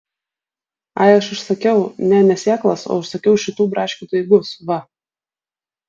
ai aš užsakiau ne ne sėklas o užsakiau šitų braškių daigus va